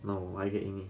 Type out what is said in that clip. no why you can eat me